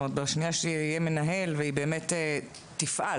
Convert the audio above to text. בשנייה שיהיה מנהל והיא באמת תפעל...